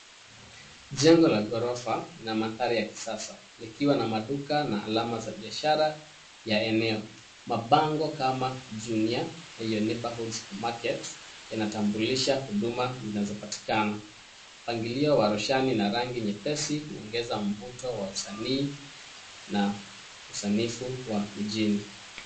Jengo la ghorofa na mandhari ya kisasa likiwa na maduka na alama za kibiashara ya eneo, mabango kama junia na neighborhood supermarket yametambulisha huduma zinazopatikana. Mpangilio wa roshani na rangi nyepesi huongeza mvuto wa usanii na usanifu wa mjini.